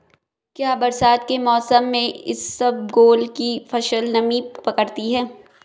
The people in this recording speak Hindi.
क्या बरसात के मौसम में इसबगोल की फसल नमी पकड़ती है?